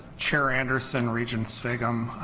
chair anderson, regent sviggum,